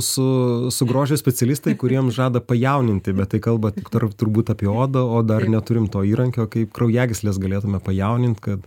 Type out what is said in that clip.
su su grožio specialistai kurie mum žada pajauninti bet tai kalba tik tarp turbūt apie odą o dar neturim to įrankio kaip kraujagysles galėtume pajaunint kad